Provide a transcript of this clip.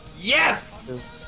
Yes